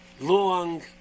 long